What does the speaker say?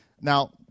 Now